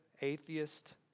atheist